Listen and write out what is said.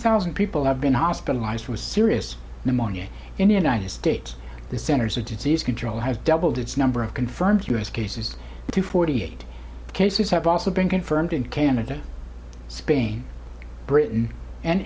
thousand people have been hospitalized for serious money in the united states the centers for disease control has doubled its number of confirmed u s cases to forty eight cases have also been confirmed in canada spain britain and